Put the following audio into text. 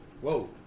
Whoa